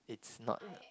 it's not